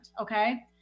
okay